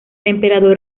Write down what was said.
emperador